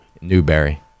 Newberry